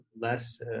less